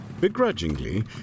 Begrudgingly